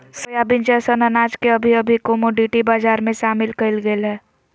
soybean जैसन अनाज के अभी अभी कमोडिटी बजार में शामिल कइल गेल हइ